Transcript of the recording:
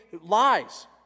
lies